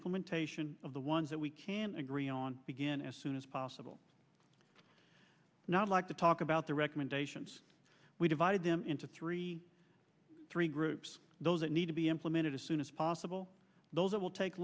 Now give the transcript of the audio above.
implementation of the ones that we can agree on begin as soon as possible not like to talk about the recommendations we divide them into three three groups those that need to be implemented as soon as possible those that will take